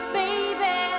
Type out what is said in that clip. baby